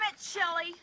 Shelly